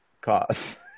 cause